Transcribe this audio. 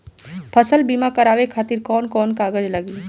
फसल बीमा करावे खातिर कवन कवन कागज लगी?